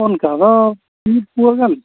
ᱚᱱᱠᱟ ᱫᱚ ᱢᱤᱫ ᱯᱩᱣᱟᱹ ᱜᱟᱱ